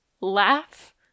laugh